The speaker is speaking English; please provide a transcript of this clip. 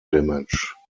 damage